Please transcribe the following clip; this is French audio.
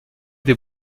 des